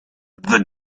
the